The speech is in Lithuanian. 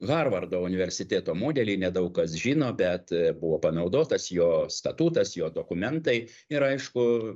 harvardo universiteto modelį nedaug kas žino bet buvo panaudotas jo statutas jo dokumentai ir aišku